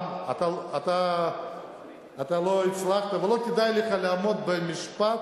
אתה לא הצלחת ולא כדאי לך לעמוד במשפט